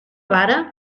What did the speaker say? vara